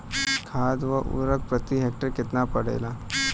खाद व उर्वरक प्रति हेक्टेयर केतना परेला?